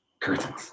curtains